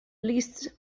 lists